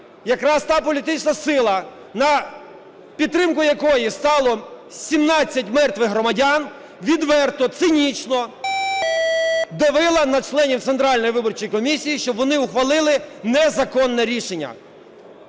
якраз та політична сила, на підтримку якої стало 17 мертвих громадян, відверто, цинічно давила на членів Центральної виборчої комісії, щоб вони ухвалили незаконне рішення.